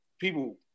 people